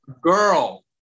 girl